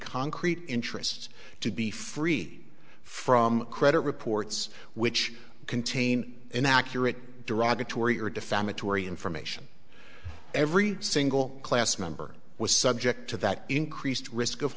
concrete interest to be free from credit reports which contain inaccurate derogatory or defamatory information every single class member was subject to that increased risk of